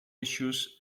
issues